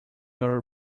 your